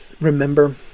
Remember